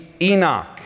Enoch